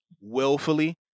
willfully